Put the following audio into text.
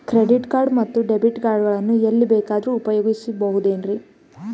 Credit card ಮತ್ತು debit card ಗಳನ್ನು ಎಲ್ಲಿ ಬೇಕಾದ್ರು ಉಪಯೋಗಿಸಬಹುದೇನ್ರಿ?